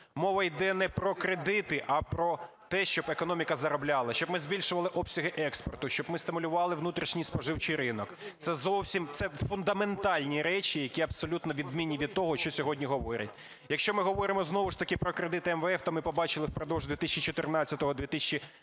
Мова йде не про кредити, а про те, щоб економіка заробляла, щоб ми збільшували обсяги експорту, щоб стимулювали внутрішній споживчий ринок. Це фундаментальні речі, які абсолютно відмінні від того, що сьогодні говорять. Якщо ми говоримо знову ж таки про кредити МВФ, то ми побачили впродовж 2014-2019